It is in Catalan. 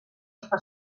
està